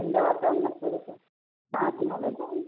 थंड वातावरणात थोडंसं सहा ते नऊला जाऊ